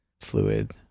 fluid